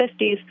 50s